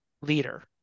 leader